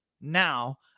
now